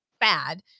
bad